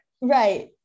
Right